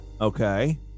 Okay